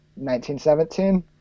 1917